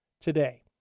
today